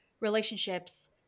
relationships